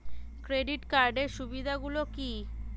Credit কার্ডের সুবিধা গুলো কি?